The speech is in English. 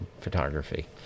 photography